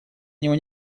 него